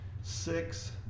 six